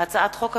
הצעת חוק המכס,